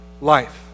life